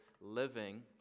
living